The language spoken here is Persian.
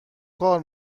کار